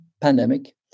pandemic